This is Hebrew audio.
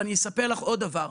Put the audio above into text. אני אספר עוד דבר.